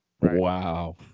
Wow